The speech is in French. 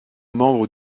membre